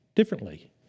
Differently